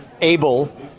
able